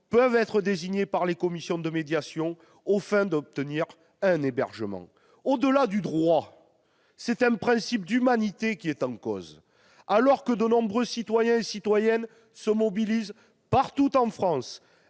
peuvent être désignées par les commissions de médiation aux fins d'obtenir un hébergement. Au-delà du droit, c'est un principe d'humanité qui est en cause. Alors que de nombreux citoyens et citoyennes se mobilisent partout, en France,